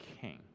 king